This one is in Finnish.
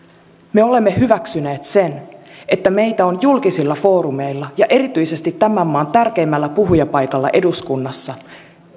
me olemme hyväksyneet sen että meitä on julkisilla foorumeilla ja erityisesti tämän maan tärkeimmällä puhujapaikalla eduskunnassa